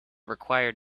required